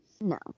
No